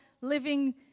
living